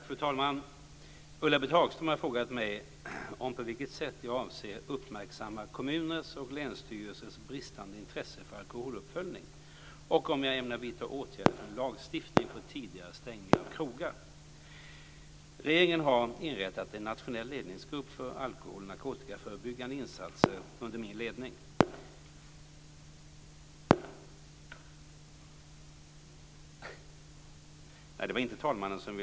Fru talman! Ulla-Britt Hagström har frågat mig på vilket sätt jag avser uppmärksamma kommuners och länsstyrelsers bristande intresse för alkoholuppföljning och om jag ämnar vidta åtgärder för en lagstiftning för tidigare stängning av krogar. Regeringen har inrättat en nationell ledningsgrupp för alkohol och narkotikaförebyggande insatser under min ledning.